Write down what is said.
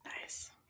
Nice